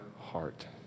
heart